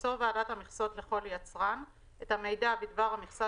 תמסור ועדת המכסות לכל יצרן את המידע בדבר המכסה